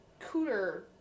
cooter